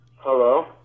hello